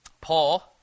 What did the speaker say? Paul